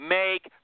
make